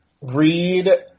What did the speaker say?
Read